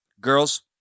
girls